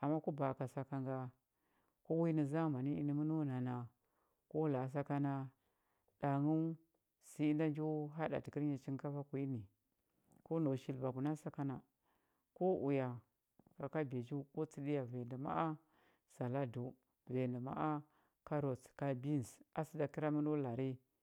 ma ku ba aka saka nga ku ə zamani nə məno na ko la a saka nga ko la a ɗanghəu sə da njo haɗati chinkafa kunyi ni ko nau ɓwagu nanə aka na ko uya ka kabejiu ko tsəɗiya vanya ndə ma a saladəu vanya ndəu karrots a sə da kəra məno lari